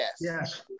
yes